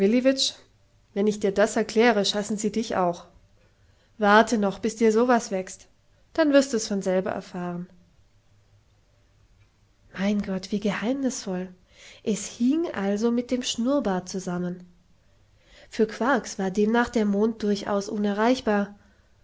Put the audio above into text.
wenn ich dir das erkläre schassen sie dich auch warte noch bis dir so was wächst und dann wirst du's von selber erfahren mein gott wie geheimnisvoll es hing also mit dem schnurrbart zusammen für quarks war demnach der mond durchaus unerreichbar